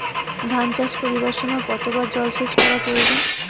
ধান চাষ করিবার সময় কতবার জলসেচ করা প্রয়োজন?